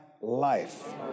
life